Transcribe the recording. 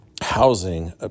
housing